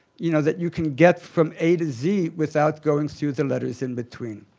you know, that you can get from a to z without going through the letters in between.